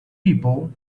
people